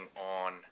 on